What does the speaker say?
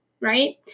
right